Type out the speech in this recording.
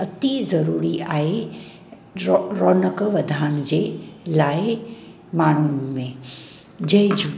अती ज़रूरी आहे रो रोनकु वधाइण जे लाइ माण्हुनि में जय झूले